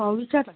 अं विचारा